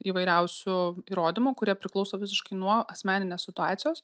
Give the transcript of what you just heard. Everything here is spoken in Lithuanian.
įvairiausių įrodymų kurie priklauso visiškai nuo asmeninės situacijos